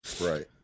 right